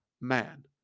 man